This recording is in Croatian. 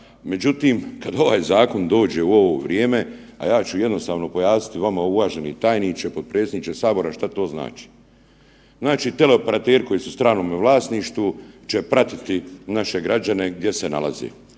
Međutim, kad ovaj zakon dođe u ovo vrijeme, a ja ću jednostavno pojasniti vama uvaženi tajniče, potpredsjedniče sabora šta to znači. Znači teleoperateri koji su u stranome vlasništvu će pratiti naše građane gdje se nalaze.